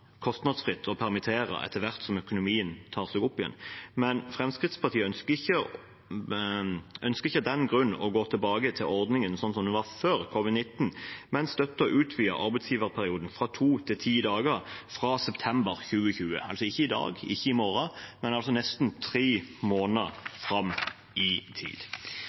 kostnadsfritt å permittere etter hvert som økonomien tar seg opp igjen. Fremskrittspartiet ønsker ikke av den grunn å gå tilbake til ordningen som var før covid-19, men støtter å utvide arbeidsgiverperioden fra to til ti dager fra september 2020 – altså ikke i dag, ikke i morgen, men nesten tre måneder fram i tid.